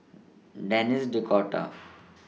Denis D'Cotta